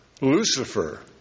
Lucifer